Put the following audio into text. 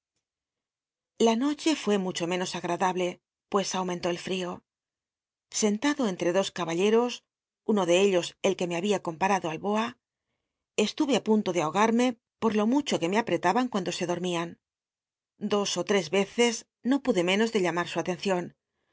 la noche fuó mucho menos agmdablc pues aumentó el frio sentado entre do caballeros uno de ellos el que me babia comparallo al boa estuve i punto de ahogarme por lo mucho que me apretaban cuando se dormían dos ó lr'cs yeces no pude menos de llamar su ateneion